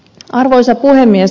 arvoisa puhemies